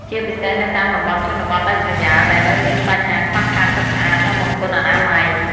ជាពិសេសនៅតាមតំបន់ជនបទដាច់ស្រយាលដែលនៅមានបញ្ហាខ្វះខាតទឹកស្អាត និងបង្គន់អនាម័យ។